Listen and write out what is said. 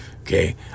okay